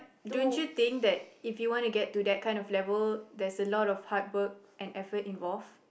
don't you think that if you want to get to that kind of level there's a lot of hardwork and effort involved